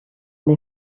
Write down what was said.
les